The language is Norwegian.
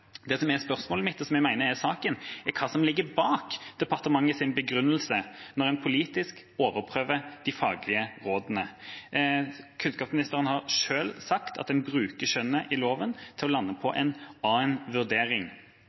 Spørsmålet mitt, og som jeg mener er saken, gjelder hva som ligger bak departementets begrunnelse når man politisk overprøver de faglige rådene. Kunnskapsministeren har selv sagt at man bruker skjønnet i loven til å lande på en annen vurdering.